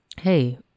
hey